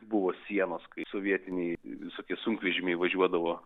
buvo sienos kai sovietiniai visokie sunkvežimiai važiuodavo